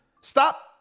Stop